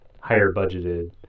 higher-budgeted